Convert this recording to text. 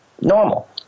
normal